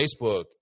Facebook